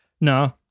No